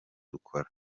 dukora